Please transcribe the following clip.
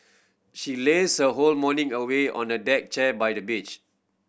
she lazed her whole morning away on a deck chair by the beach